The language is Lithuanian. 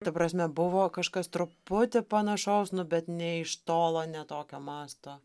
ta prasme buvo kažkas truputį panašaus bet nė iš tolo ne tokio masto